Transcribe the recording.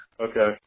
Okay